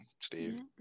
Steve